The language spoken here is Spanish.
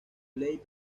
liu